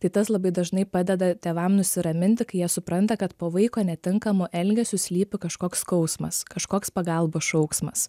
tai tas labai dažnai padeda tėvam nusiraminti kai jie supranta kad po vaiko netinkamu elgesiu slypi kažkoks skausmas kažkoks pagalbos šauksmas